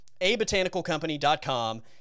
abotanicalcompany.com